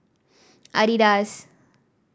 Adidas